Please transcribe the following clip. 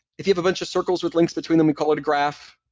if you have a bunch of circles with links between them, you call it a graph.